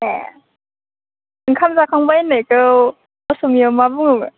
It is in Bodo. ए ओंखाम जाखांबाय होननायखौ असमियायाव मा बुङो